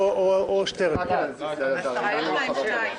מי נמנע?